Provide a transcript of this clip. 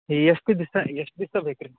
ಎಷ್ಟು ದಿವ್ಸ ಎಷ್ಟು ದಿವ್ಸ ಬೇಕು ರೀ